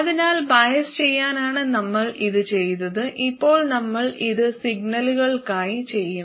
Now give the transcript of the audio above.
അതിനാൽ ബയസ് ചെയ്യാനാണ് നമ്മൾ ഇത് ചെയ്തത് ഇപ്പോൾ നമ്മൾ ഇത് സിഗ്നലുകൾക്കായി ചെയ്യും